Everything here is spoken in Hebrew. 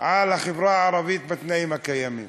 על החברה הערבית בתנאים הקיימים?